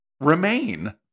remain